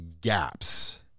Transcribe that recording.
gaps